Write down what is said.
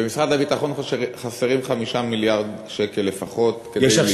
במשרד הביטחון חסרים 5 מיליארד שקלים לפחות כדי,